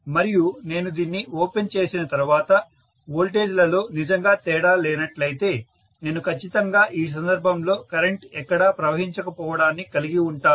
మరియు నేను దీన్ని ఓపెన్ చేసిన తర్వాత వోల్టేజ్లలో నిజంగా తేడా లేనట్లయితే నేను ఖచ్చితంగా ఈ సందర్భంలో కరెంట్ ఎక్కడా ప్రవహించక పోవడాన్ని కలిగి ఉంటాను